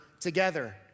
together